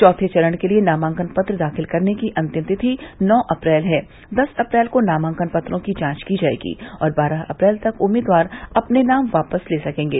चौथे चरण के लिये नामांकन पत्र दाखिल करने की अंतिम तिथि नौ अप्रैल है दस अप्रैल को नामांकन पत्रों की जांच की जायेगी और बारह अप्रैल तक उम्मीदवार अपने नाम वापस ले सकेंगे